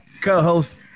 co-host